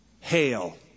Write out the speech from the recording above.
Hail